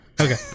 Okay